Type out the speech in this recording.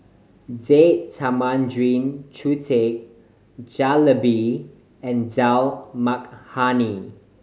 Date Tamarind Chutney Jalebi and Dal Makhani